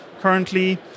currently